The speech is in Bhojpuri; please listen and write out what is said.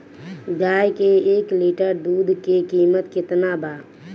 गाय के एक लिटर दूध के कीमत केतना बा?